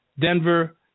Denver